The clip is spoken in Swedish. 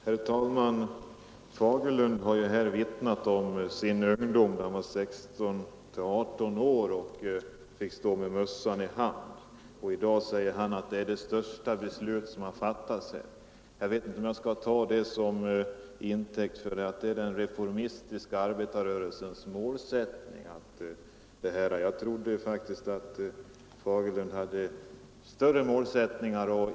Herr talman! Herr Fagerlund vittnade här om sin ungdom, när han fick stå med mössan i hand då han var 16—18 år. Han säger att dagens beslut är det största beslut som fattats av riksdagen, men jag vet inte om jag skall ta det som intäkt för att man uppnått den reformistiska arbetarrörelsens mål. Jag trodde faktiskt att herr Fagerlund hade större mål än så.